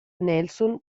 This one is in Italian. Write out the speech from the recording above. nelson